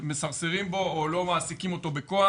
מסרסרים בו או לא מעסיקים אותו בכוח.